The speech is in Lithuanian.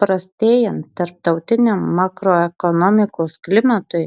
prastėjant tarptautiniam makroekonomikos klimatui